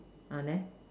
then